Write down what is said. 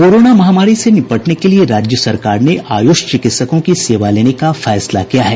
corona महामारी से निपटने के लिए राज्य सरकार ने आयुष चिकित्सकों की सेवा लेने का फैसला किया है